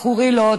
בחורילות,